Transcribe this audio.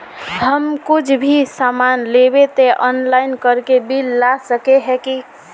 हम कुछ भी सामान लेबे ते ऑनलाइन करके बिल ला सके है की?